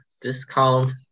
discount